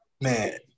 Man